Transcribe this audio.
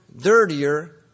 dirtier